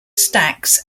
stacks